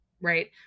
right